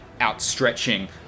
outstretching